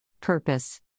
Purpose